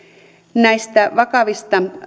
näitä vakavia